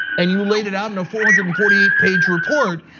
and you laid it out in a four hundred and forty eight page report,